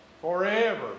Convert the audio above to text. forever